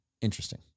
interesting